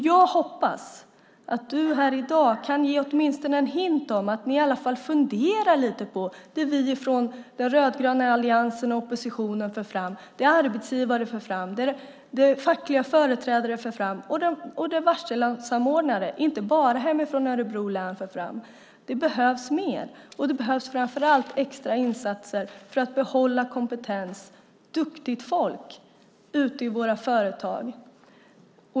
Jag hoppas att du här i dag kan ge åtminstone en hint om att ni i alla fall funderar lite på det vi i den rödgröna alliansen, oppositionen, arbetsgivare, fackliga företrädare och varselsamordnare, inte bara från Örebro län, för fram. Det behövs mer. Det behövs framför allt extra insatser för att behålla kompetens, duktigt folk, ute i våra företag.